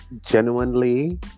genuinely